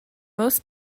most